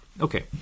Okay